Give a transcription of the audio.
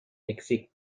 مکزیک